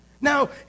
Now